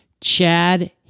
Chad